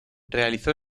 realizó